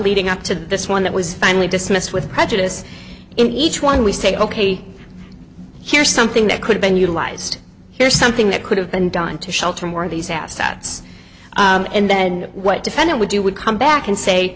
leading up to this one that was finally dismissed with prejudice in each one we say ok here's something that could have been utilized here's something that could have been done to shelter more of these assets and then what defendant would do would come back and say